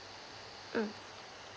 mm